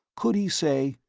could he say,